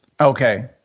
Okay